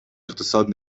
اقتصاد